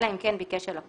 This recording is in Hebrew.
אלא אם כן ביקש הלקוח,